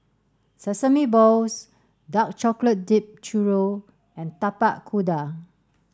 sesame balls dark chocolate dipped Churro and Tapak Kuda